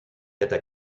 quatre